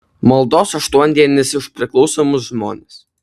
maldos aštuondienis už priklausomus žmones